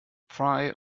fry